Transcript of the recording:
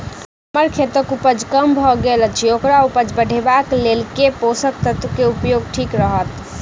हम्मर खेतक उपज कम भऽ गेल अछि ओकर उपज बढ़ेबाक लेल केँ पोसक तत्व केँ उपयोग ठीक रहत?